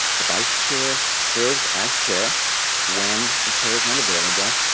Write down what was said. the vice chair serves as chair when the chair is not available.